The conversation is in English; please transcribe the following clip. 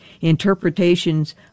interpretations